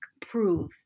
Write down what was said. prove